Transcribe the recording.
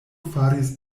faris